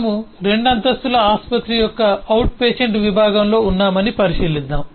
మనము 2 అంతస్తుల ఆసుపత్రి యొక్క అవుట్ పేషెంట్ విభాగంలో ఉన్నామని పరిశీలిద్దాం